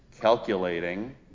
calculating